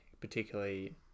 particularly